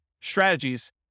strategies